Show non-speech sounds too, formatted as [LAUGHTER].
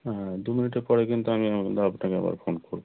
হ্যাঁ হ্যাঁ দু মিনিটের পরে কিন্তু আমি [UNINTELLIGIBLE] আপনাকে আবার ফোন করব